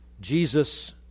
Jesus